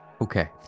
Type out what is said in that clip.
Okay